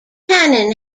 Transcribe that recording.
canon